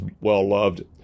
well-loved